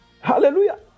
Hallelujah